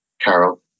Carol